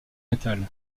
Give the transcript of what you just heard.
metal